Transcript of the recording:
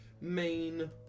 main